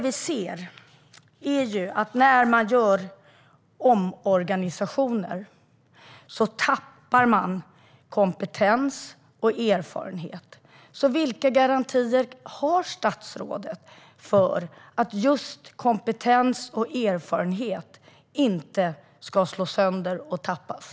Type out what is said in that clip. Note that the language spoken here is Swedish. Vi har sett att när omorganisationer görs tappar man kompetens och erfarenhet. Vilka garantier har statsrådet för att just kompetens och erfarenhet inte slås sönder och tappas?